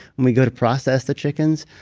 when we go to process the chickens,